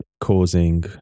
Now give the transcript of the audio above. causing